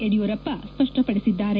ಯಡಿಯೂರಪ್ಪ ಸ್ಪಷ್ಟಪಡಿಸಿದ್ದಾರೆ